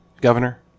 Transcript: governor